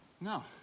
No